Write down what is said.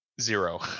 zero